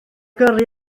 gyrru